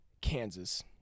Kansas